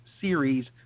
series